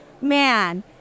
man